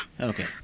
okay